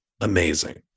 amazing